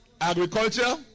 Agriculture